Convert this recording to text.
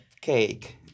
cake